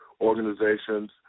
organizations